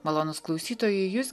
malonūs klausytojai jus